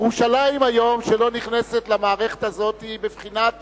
ירושלים היום, שלא נכנסת למערכת הזאת, זה בבחינת